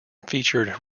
featured